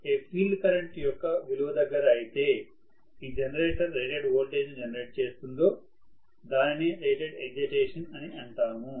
ఏ field current యొక్క విలువ దగ్గర అయితే ఈ జనరేటర్ రేటెడ్ వోల్టేజ్ను జనరేటర్ చేస్తుందో దానినే రేటెడ్ ఎక్సైటేషన్అని అంటాము